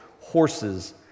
horses